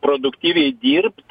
produktyviai dirbt